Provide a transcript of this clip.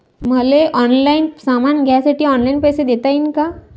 मले ऑनलाईन सामान घ्यासाठी ऑनलाईन पैसे देता येईन का?